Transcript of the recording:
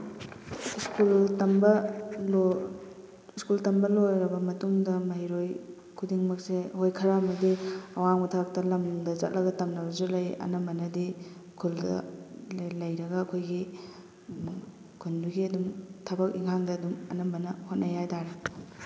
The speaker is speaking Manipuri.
ꯁ꯭ꯀꯨꯜ ꯇꯝꯕ ꯁ꯭ꯀꯨꯜ ꯇꯝꯕ ꯂꯣꯏꯔꯕ ꯃꯇꯨꯡꯗ ꯃꯍꯩꯔꯣꯏ ꯈꯨꯗꯤꯡꯃꯛꯁꯦ ꯍꯣꯏ ꯈꯔ ꯑꯃꯗꯤ ꯑꯋꯥꯡꯕ ꯊꯥꯛꯇ ꯂꯝꯗ ꯆꯠꯂꯒ ꯇꯝꯅꯕꯁꯨ ꯂꯩ ꯑꯅꯝꯕꯅꯗꯤ ꯈꯨꯨꯜꯗ ꯂꯩꯔꯒ ꯑꯩꯈꯣꯏꯒꯤ ꯈꯨꯟꯗꯨꯒꯤ ꯑꯗꯨꯝ ꯊꯕꯛ ꯏꯪꯈꯥꯡꯗ ꯑꯗꯨꯝ ꯑꯅꯝꯕꯅ ꯍꯣꯠꯅꯩ ꯍꯥꯏꯇꯥꯔꯦ